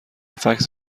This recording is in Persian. فکس